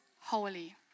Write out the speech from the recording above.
holy